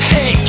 Hey